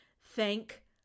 Thank